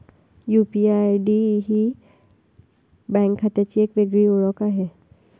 UPI ID ही bank खात्याची एक वेगळी ओळख आहे